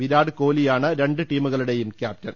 വിരാട് കോലിയാണ് രണ്ട് ടീമുകളുടെയും ക്യാപ്റ്റൻ